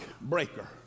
Breaker